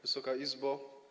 Wysoka Izbo!